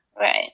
Right